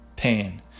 Pain